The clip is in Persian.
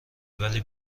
ولی